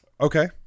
Okay